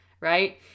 right